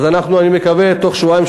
אני מקווה שתוך שבועיים,